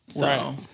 Right